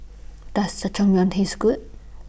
Does Jajangmyeon Taste Good